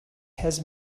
has